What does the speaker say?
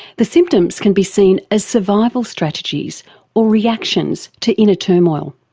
the symptoms can be seen as survival strategies or reactions to inner turmoil.